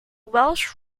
welsh